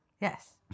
Yes